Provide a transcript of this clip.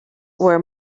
were